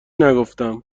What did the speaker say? نگفتم